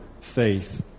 faith